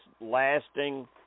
lasting